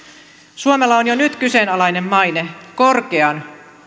suomella on jo nyt kyseenalainen maine korkean